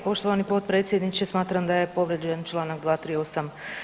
Poštovani potpredsjedniče, smatram da je povrijeđen članak 238.